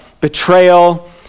betrayal